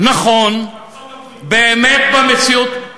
בארצות-הברית.